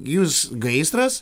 jūs gaisras